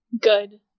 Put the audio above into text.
good